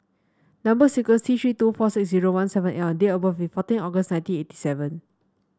number sequence T Three two four six zero one seven L and date of birth is fourteen August nineteen eighty seven